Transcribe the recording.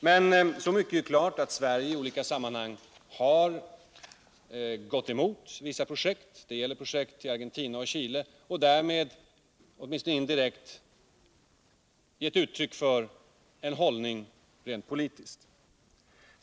Men så mycket är klart, att Sverige i olika sammanhang har gått emot vissa projekt till Argentina och Chile och därmed åtminstone indirekt givit uttryck för en hållning rent politiskt.